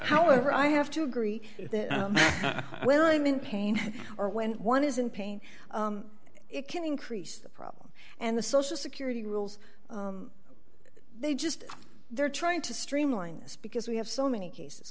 owever i have to agree well i'm in pain or when one is in pain it can increase the problem and the social security rules they just they're trying to streamline this because we have so many cases